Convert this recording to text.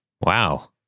Wow